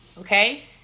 Okay